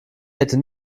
hätte